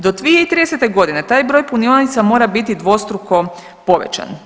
Do 2030. godine taj broj punionica mora biti dvostruko povećan.